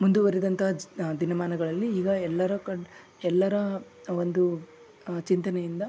ಮುಂದುವರಿದಂಥ ದಿನಮಾನಗಳಲ್ಲಿ ಈಗ ಎಲ್ಲರ ಕಣ್ಣು ಎಲ್ಲರ ಒಂದು ಚಿಂತನೆಯಿಂದ